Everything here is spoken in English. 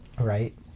Right